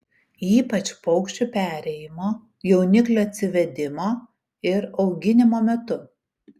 ypač paukščių perėjimo jauniklių atsivedimo ir auginimo metu